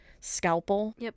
scalpel